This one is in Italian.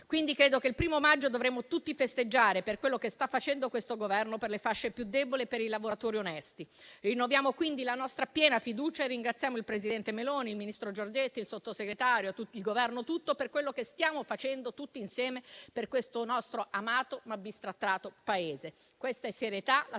Quindi credo che il 1° maggio dovremmo tutti festeggiare per quello che sta facendo questo Governo per le fasce più deboli e per i lavoratori onesti. Rinnoviamo quindi la nostra piena fiducia e ringraziamo il presidente Meloni, il ministro Giorgetti, il Sottosegretario qui presente e il Governo tutto per quello che stiamo facendo tutti insieme per questo nostro amato, ma bistrattato Paese.